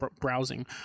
browsing